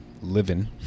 living